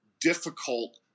difficult